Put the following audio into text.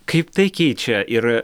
kaip tai keičia ir